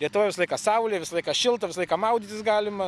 lietuvoj visą laiką saulė visą laiką šilta visą laiką maudytis galima